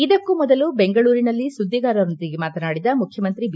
ಇದಕ್ಕೂ ಮೊದಲು ಬೆಂಗಳೂರಿನಲ್ಲಿ ಸುದ್ದಿಗಾರರೊಂದಿಗೆ ಮಾತನಾಡಿದ ಮುಖ್ಯಮಂತ್ರಿ ಬಿ